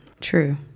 True